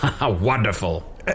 Wonderful